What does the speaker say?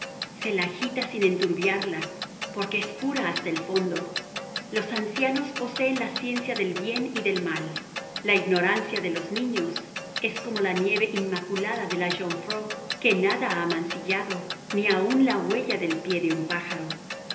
se la agita sin enturbiarla porque es pura hasta el fondo los ancianos poseen la ciencia del bien y del mal la ignorancia de los niños es como la nieve inmaculada de la jungfrau que nada ha mancillado ni aun la huella del pie de un pájaro